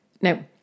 Now